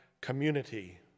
community